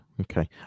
Okay